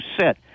set